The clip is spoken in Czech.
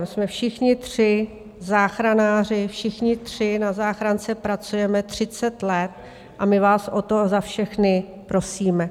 Jsme všichni tři záchranáři, všichni tři na záchrance pracujeme třicet let a my vás o to za všechny prosíme.